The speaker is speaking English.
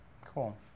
Cool